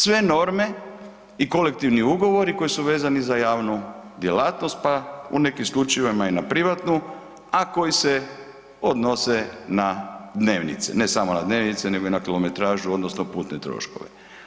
Sve norme i kolektivni ugovori koji su vezani za javnu djelatnost, pa u nekim slučajevima i na privatnu, a koji se odnose na dnevnice, ne samo na dnevnice nego i na kilometražu, odnosno putne troškove.